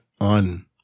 on